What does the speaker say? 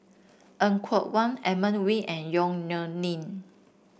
Er Kwong Wah Edmund Wee and Yong Nyuk Lin